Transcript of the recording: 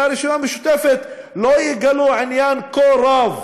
מהרשימה המשותפת לא יגלו עניין כה רב